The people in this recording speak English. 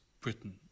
Britain